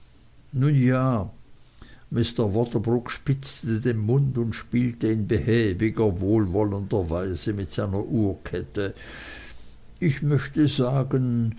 ja mr waterbroock spitzte den mund und spielte in behäbiger wohlwollender art mit seiner uhrkette ich möchte sagen